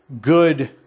good